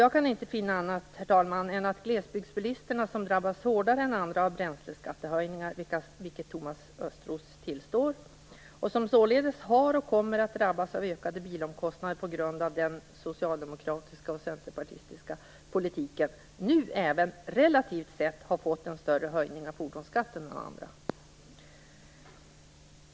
Jag kan inte, herr talman, finna annat än att glesbygdsbilisterna, som hårdare än andra drabbas av bränsleskattehöjningar - vilket Thomas Östros tillstår - och som således har drabbats av, och kommer att drabbas av, ökade bilomkostnader på grund av den socialdemokratiska och centerpartistiska politiken nu, även relativt sett, har fått en större höjning av fordonsskatten än andra.